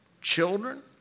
Children